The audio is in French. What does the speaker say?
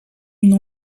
une